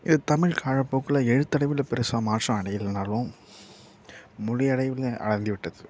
இது தமிழ் காலப்போக்கில் எழுத்தடைவில் பெரிசா மாற்றம் அடையலைனாலும் மொழி அளவில் அடைந்துவிட்டது